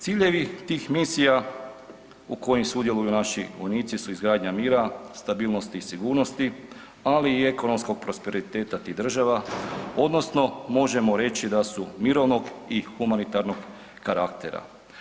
Ciljevi tih misija u kojim sudjeluju naši vojnici su izgradnja mira, stabilnosti i sigurnosti, ali i ekonomskog prosperiteta tih država, odnosno možemo reći da su mirovnog i humanitarnog karaktera.